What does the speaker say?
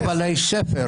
זה כתוב עלי ספר.